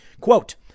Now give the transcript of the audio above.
Quote